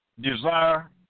desire